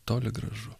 toli gražu